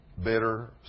bitter